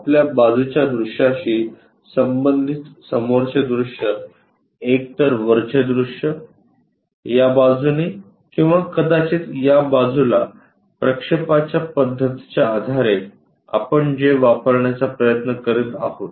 आपल्या बाजूच्या दृश्याशी संबंधित समोरचे दृश्य एकतर वरचे दृश्य या बाजूने किंवा कदाचित या बाजूला प्रक्षेपाच्या पद्धतीच्या आधारे आपण जे वापरण्याचा प्रयत्न करीत आहोत